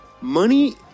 Money